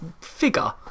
figure